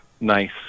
nice